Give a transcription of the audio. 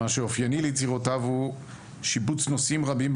מה שאופייני ליצירותיו הוא שיבוץ נושאים רבים,